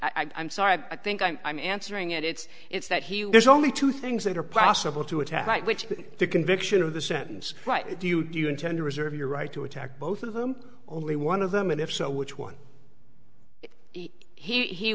i'm sorry i think i'm answering it it's it's that he there's only two things that are possible to attack right which is the conviction of the sentence right do you do you intend to reserve your right to attack both of them only one of them and if so which one he